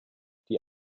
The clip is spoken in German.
die